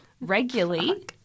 regularly